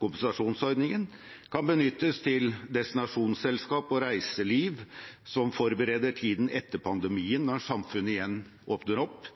kompensasjonsordningen, og kan benyttes til destinasjonsselskap og reiseliv som forbereder tiden etter pandemien, når samfunnet igjen åpner opp.